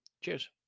Cheers